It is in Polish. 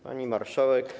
Pani Marszałek!